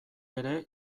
ere